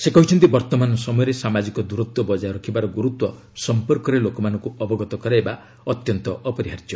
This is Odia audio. ସେ କହିଛନ୍ତି ବର୍ତ୍ତମାନ ସମୟରେ ସାମାଜିକ ଦୂରତ୍ୱ ବକାୟ ରଖିବାର ଗୁରୁତ୍ୱ ସମ୍ପର୍କରେ ଲୋକମାନଙ୍କୁ ଅବଗତ କରାଇବା ଅତ୍ୟନ୍ତ ଅପରିହାର୍ଯ୍ୟ